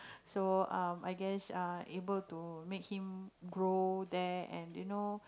so um I guess uh able to make him grow there and you know